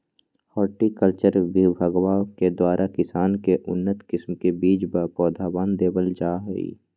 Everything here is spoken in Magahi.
हॉर्टिकल्चर विभगवा के द्वारा किसान के उन्नत किस्म के बीज व पौधवन देवल जाहई